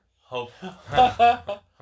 Hope